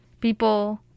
people